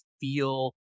feel